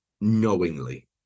knowingly